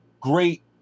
great